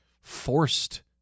forced